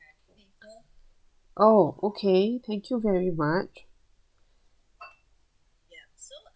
oh okay thank you very much